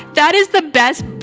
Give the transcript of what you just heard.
that is the best.